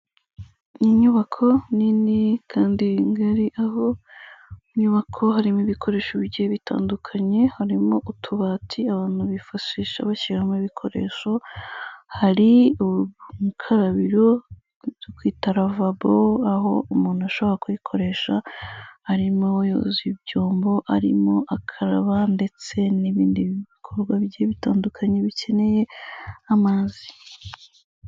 Inyubako nini kandi ngari, aho mu nyubako harimo ibikoresho bigiye bitandukanye, harimo utubati abantu bifashisha bashyiramo ibikoresho, hari urukarabiro ubwo twita lavabo, aho umuntu ashobora kuyikoresha arimo yoza ibyombo, arimo akaraba, ndetse n'ibindi bikorwa bigiye bitandukanye bikeneye amazi.